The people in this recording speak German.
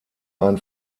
ein